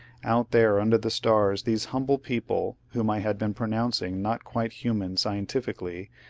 out there under the stars these humble people, whom i had been pronouncing not quite human scientifically,